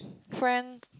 friend